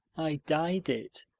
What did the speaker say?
i dyed it.